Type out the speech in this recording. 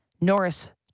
norris